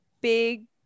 big